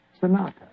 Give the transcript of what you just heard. Sonata